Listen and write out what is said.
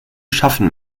schaffen